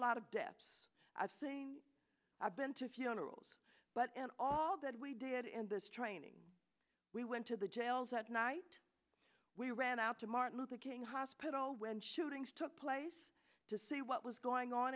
lot of deaths of same i've been to funerals but and all that we did in this training we went to the jails that night we ran out to martin luther king hospital when shootings took place to see what was going on